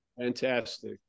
Fantastic